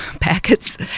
packets